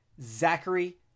Zachary